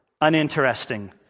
uninteresting